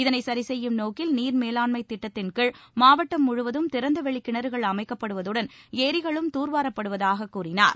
இதனை சரி செய்யும் நோக்கில் நீர் மேலாண்மைத் திட்டத்தின் கீழ் மாவட்டம் முழுவதும் திறந்தவெளி கிணறுகள் அமைக்கப்படுவதுடன் ஏரிகளும் தூர்வாரப்படுவதாகக் கூறினார்